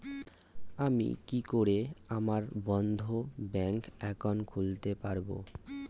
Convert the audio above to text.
আমি কি করে আমার বন্ধ ব্যাংক একাউন্ট খুলতে পারবো?